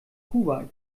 kuwait